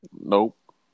Nope